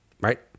right